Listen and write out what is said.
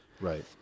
Right